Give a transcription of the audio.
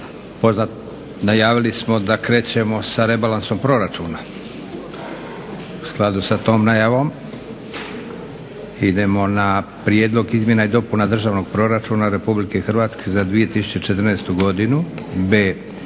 Najavili smo da krećemo sa rebalansom proračuna. U skladu sa tom najavom idemo na: - A) Prijedlog izmjena i dopuna Državnog proračuna Republike Hrvatske za 2014. godinu B)